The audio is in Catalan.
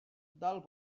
del